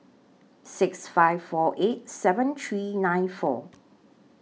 six five four eight seven three nine four